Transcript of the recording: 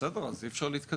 בסדר, אז אי אפשר להתקדם.